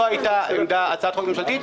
לא הייתה הצעת חוק ממשלתית.